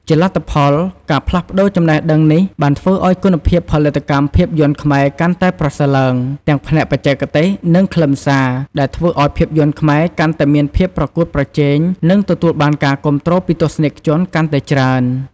ជាលទ្ធផល ការផ្លាស់ប្តូរចំណេះដឹងនេះបានធ្វើឱ្យគុណភាពផលិតកម្មភាពយន្តខ្មែរកាន់តែប្រសើរឡើង ទាំងផ្នែកបច្ចេកទេស និងខ្លឹមសារ ដែលធ្វើឱ្យភាពយន្តខ្មែរកាន់តែមានភាពប្រកួតប្រជែង និងទទួលបានការគាំទ្រពីទស្សនិកជនកាន់តែច្រើន។